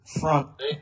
front